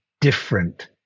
different